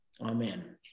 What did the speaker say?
Amen